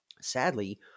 sadly